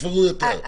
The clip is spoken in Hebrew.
יספרו יותר.